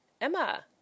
Emma